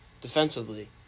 defensively